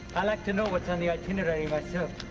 i like to know what's on the itinerary myself.